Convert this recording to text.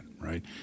right